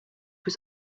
was